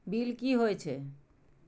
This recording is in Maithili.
बील की हौए छै?